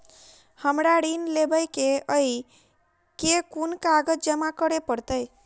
हमरा ऋण लेबै केँ अई केँ कुन कागज जमा करे पड़तै?